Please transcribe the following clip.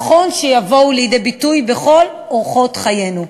נכון שתבוא לידי ביטוי בכל אורחות חיינו.